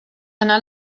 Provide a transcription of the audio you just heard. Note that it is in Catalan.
anar